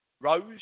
Rose